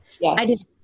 Yes